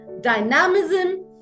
dynamism